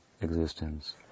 existence